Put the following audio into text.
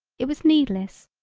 it was needless,